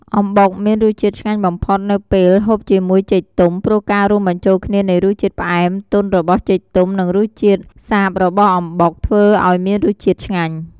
អំបុកមានរសជាតិឆ្ងាញ់បំផុត នៅពេលហូបជាមួយចេកទុំ ព្រោះការរួមបញ្ចូលគ្នានៃរសជាតិផ្អែមទន់របស់ចេកទុំ និងរសជាតិសាបបស់អំបុក ធ្វើឱ្យមានរសជាតិឆ្ងាញ។